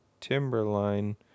Timberline